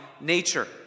nature